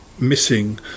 Missing